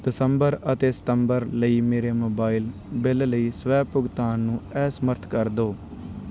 ਦਸੰਬਰ ਅਤੇ ਸਤੰਬਰ ਲਈ ਮੇਰੇ ਮੋਬਾਈਲ ਬਿੱਲ ਲਈ ਸਵੈ ਭੁਗਤਾਨ ਨੂੰ ਅਸਮਰੱਥ ਕਰ ਦਿਓ